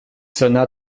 sonna